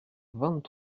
vingt